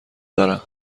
دارم